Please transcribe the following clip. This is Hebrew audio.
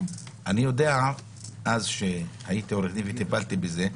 אני יודע מאז שהייתי עורך דין וטיפלתי בזה,